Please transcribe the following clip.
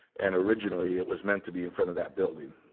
and originally, it was meant to be in front of that building.